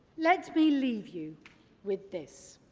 let me leave you with this,